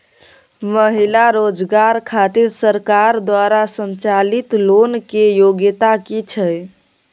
महिला रोजगार खातिर सरकार द्वारा संचालित लोन के योग्यता कि छै?